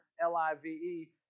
L-I-V-E